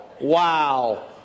wow